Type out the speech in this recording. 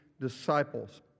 disciples